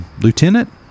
Lieutenant